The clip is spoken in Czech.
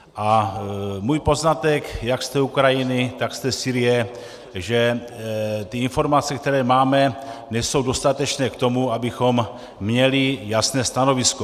A můj poznatek jak z té Ukrajiny, tak z té Sýrie je, že ty informace, které máme, nejsou dostatečné k tomu, abychom měli jasné stanovisko.